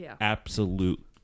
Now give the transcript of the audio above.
absolute